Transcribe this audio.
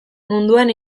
munduan